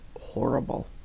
horrible